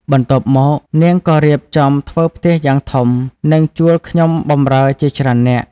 បន្ទាប់មក នាងក៏រៀបចំធ្វើផ្ទះយ៉ាងធំ និងជួលខ្ញុំបម្រើជាច្រើននាក់។